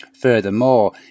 Furthermore